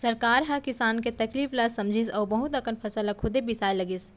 सरकार ह किसान के तकलीफ ल समझिस अउ बहुत अकन फसल ल खुदे बिसाए लगिस